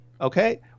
okay